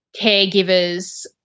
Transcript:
caregivers